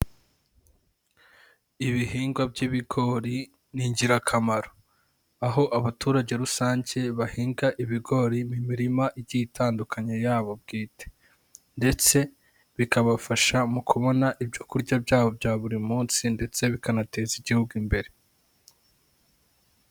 Ibihingwa by'ibigori ni ingirakamaro. Aho abaturage rusange bahinga ibigori mu mirima igiye itandukanye yabo bwite, ndetse bikabafasha mu kubona ibyo kurya byabo bya buri munsi ndetse bikanateza igihugu imbere.